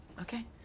okay